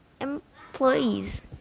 employees